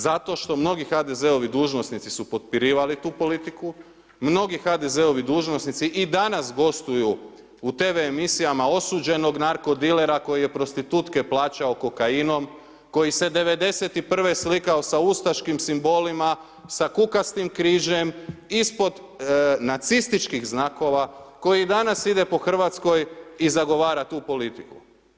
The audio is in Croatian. Zato što mnogi HDZ-ovi dužnosnici su potpirivali tu politiku, mnogi HDZ-ovi dužnosnici i danas gostuju u TV emisijama osuđenog narko dilera koji je prostitutke plaćao kokainom, koji se 1991. slikao sa ustaškim simbolima, sa kukastim križem ispod nacističkih znakova, koji danas ide po Hrvatskoj i zagovara tu politiku.